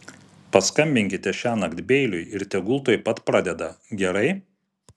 paskambinkite šiąnakt beiliui ir tegul tuoj pat pradeda gerai